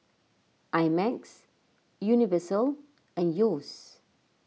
I Max Universal and Yeo's